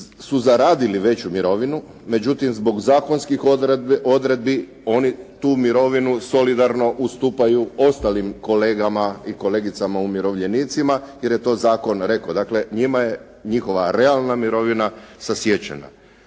su zaradili veću mirovinu. Međutim zbog zakonski odredbi oni tu mirovinu solidarno ustupaju ostalim kolegama i kolegicama umirovljenicima, jer je to zakon rekao. dakle, njima je njihova realna mirovina sasječena.